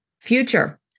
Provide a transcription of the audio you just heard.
Future